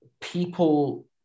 people